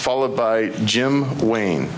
followed by jim wayne